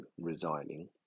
resigning